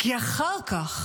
כי אחר כך